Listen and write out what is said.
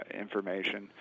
information